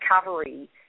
recovery